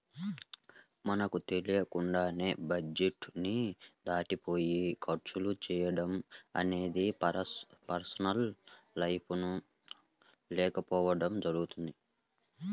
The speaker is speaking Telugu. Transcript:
మనకు తెలియకుండానే బడ్జెట్ ని దాటిపోయి ఖర్చులు చేయడం అనేది పర్సనల్ ఫైనాన్స్ లేకపోవడం జరుగుతుంది